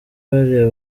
bariya